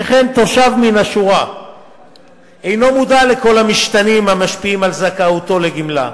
שכן תושב מן השורה אינו מודע לכל המשתנים המשפיעים על זכאותו לגמלה,